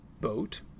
boat